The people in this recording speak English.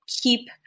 keep